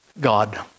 God